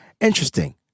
Interesting